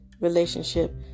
relationship